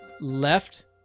Left